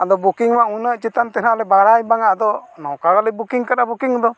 ᱟᱫᱚ ᱢᱟ ᱩᱱᱟᱹᱜ ᱪᱮᱛᱟᱱᱛᱮ ᱱᱟᱦᱟᱜ ᱵᱟᱲᱟᱭ ᱵᱟᱝᱟ ᱟᱫᱚ ᱱᱚᱠᱟ ᱜᱮᱞᱮ ᱟᱠᱟᱫᱟ ᱫᱚ